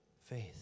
faith